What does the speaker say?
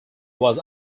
was